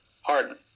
Harden